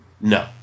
No